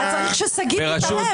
היה צריך ששגית תתערב,